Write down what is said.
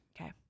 Okay